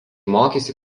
mokėsi